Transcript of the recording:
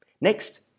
Next